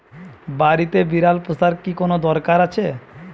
বাড়িতে বিড়াল পোষার কি কোন দরকার আছে?